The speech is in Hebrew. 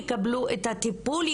יקבלו את הטיפול,